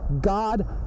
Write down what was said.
God